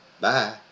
Bye